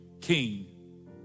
king